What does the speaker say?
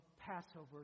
Passover